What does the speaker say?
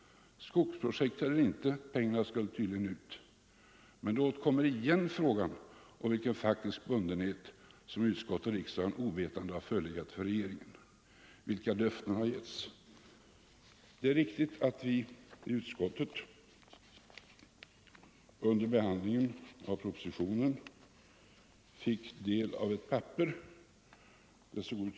Skogsprojekt eller inte — pengarna skulle tydligen ges ut! Men då kommer återigen frågan: Vilken faktisk bundenhet har, utskottet och riksdagen ovetande, förelegat för regeringen? Vilka löften har getts? Det är riktigt att vi i utskottet under behandlingen av propositionen fick ta del av ett papper, en stencil.